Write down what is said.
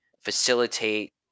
facilitate